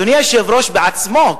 אדוני היושב-ראש בעצמו,